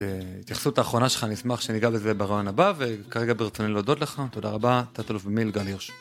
התייחסות האחרונה שלך, אני אשמח שניגע בזה בראיון הבא, וכרגע ברצוני להודות לך, תודה רבה, תת אלוף במיל גל הירש.